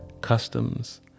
customs